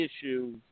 issues